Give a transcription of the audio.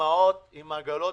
לאימהות עם עגלות.